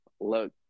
look